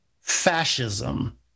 Fascism